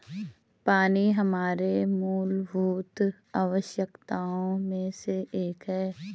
पानी हमारे मूलभूत आवश्यकताओं में से एक है